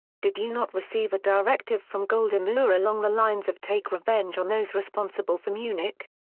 did you not receive a directive from golda meir along the lines of take revenge on those responsible for munich?